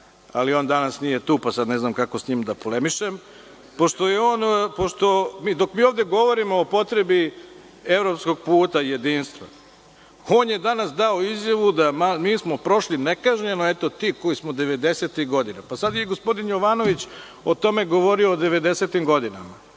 ali on danas nije tu, pa sada ne znam kako sa njim da polemišem, pošto dok mi ovde govorimo o potrebi evropskog puta i jedinstva, on je danas dao izjavu, mi smo prošli nekažnjeno, eto ti koji smo devedesetih godina, pa sada je i gospodin Jovanović govorio o tome